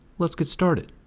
let's get started.